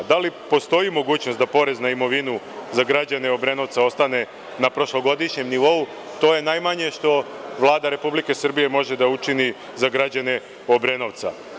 Da li postoji mogućnost da porez na imovinu za građane Obrenovca ostane na prošlogodišnjem nivou, to je najmanje što Vlada Republike Srbije može da učini za građane Obrenovca.